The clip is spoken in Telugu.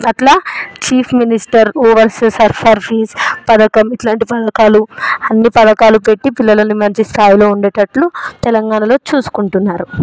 అట్ల చీఫ్ మినిస్టర్ ఓవర్సీస్ సల్ఫర్ ఫీజు పథకం ఇలాంటి పథకాలు అన్ని పథకాలు పెట్టి పిల్లలని మంచి స్థాయిలో ఉండేటట్టు తెలంగాణలో చూసుకుంటున్నారు